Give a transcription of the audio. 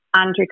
Andrew